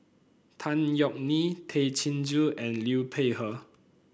Tan Yeok Nee Tay Chin Joo and Liu Peihe